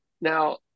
now